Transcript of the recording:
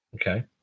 Okay